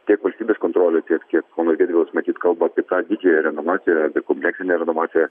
tiek valstybės kontrolė tiek tiek ponas gedvilas matyt kalba apie tą didžiąją renovaciją apie kompleksinę renovaciją